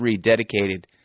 dedicated